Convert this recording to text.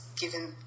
given